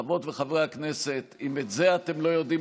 חברות וחברי הכנסת, אם את זה אתם לא יודעים